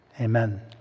amen